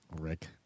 rick